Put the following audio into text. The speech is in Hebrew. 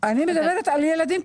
אני מדברת על ילדים.